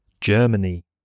Germany